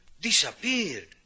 Disappeared